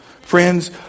Friends